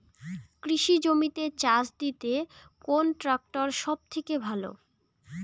কৃষি জমিতে চাষ দিতে কোন ট্রাক্টর সবথেকে ভালো?